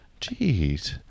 Jeez